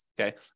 okay